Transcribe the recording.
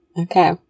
Okay